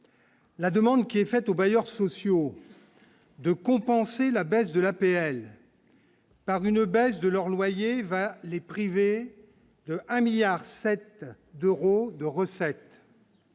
la demande qui est faite aux bailleurs sociaux de compenser la baisse de l'APL par une baisse de leurs loyers va les priver un 1000000000 7 d'euros de recettes.